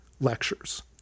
lectures